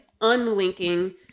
unlinking